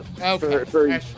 Okay